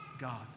God